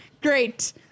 great